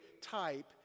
type